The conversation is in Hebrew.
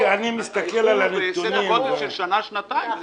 איחור בסדר גודל של שנה שנתיים הוא